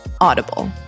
Audible